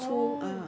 oh